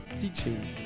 teaching